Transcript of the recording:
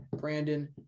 brandon